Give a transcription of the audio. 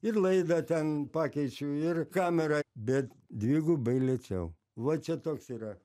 ir laidą ten pakeičiu ir kamerą bet dvigubai lėčiau va čia toks yra